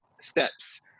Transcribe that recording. steps